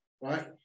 right